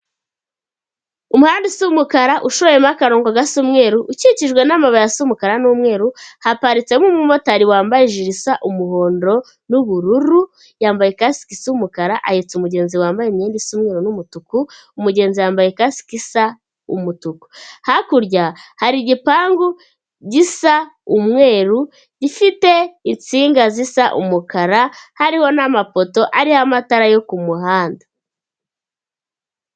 Umuhanda usa umukara ushoyemo akarongo gasa umweru ukikijwe n'amabuye asa umukara n'umweru haparitse nk'umumotari wambaye ijiri isa umuhondo n'ubururu yambaye ikasike y'umukara ahetsa umugenzi wambaye imyenda yusaumweruru n'umutuku umugenzi yambaye ikasike isa umutuku hakurya hari igipangu gisa umweru ifite intsinga zisa umukara hariho n'amapoto ariho amatara yo ku kumuhanda.